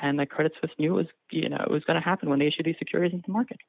and the credit suisse knew was you know it was going to happen when they should be security market